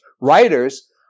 writers